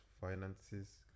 finances